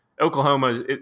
Oklahoma